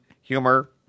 humor